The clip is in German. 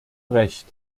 recht